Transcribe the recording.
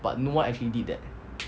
but no one actually did that